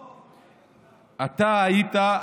300. אתה היית,